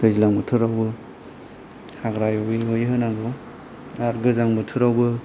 दैज्लां बोथोरावबो हाग्रा एवै एवै होनांगौ आरो गोजां बोथोरावबो